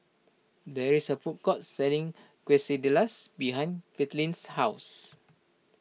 there is a food court selling Quesadillas behind Katlynn's house